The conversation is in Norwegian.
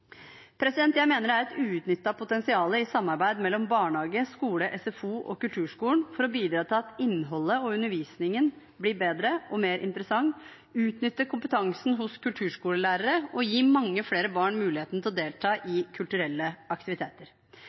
Jeg mener det er et uutnyttet potensial i samarbeid mellom barnehage, skole, SFO og kulturskolen for å bidra til at innholdet og undervisningen blir bedre og mer interessant, utnytte kompetansen hos kulturskolelærere og gi mange flere barn muligheten til å delta i kulturelle aktiviteter.